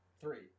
Three